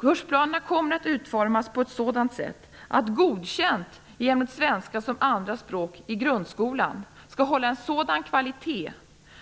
Kursplanerna kommer att utformas på ett sådant att betyget godkänt i ämnet svenska som andra språk i grundskolan skall hålla en sådan kvalitet